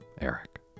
Eric